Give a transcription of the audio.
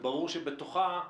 וברור שבתוכה,